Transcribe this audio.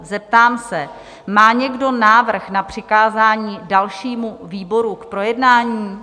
Zeptám se, má někdo návrh na přikázání dalšímu výboru k projednání?